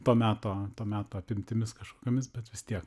to meto to meto apimtimis kažkokiomis bet vis tiek